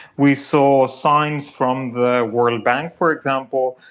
we saw signs from the world bank, for example,